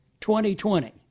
2020